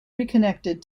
reconnected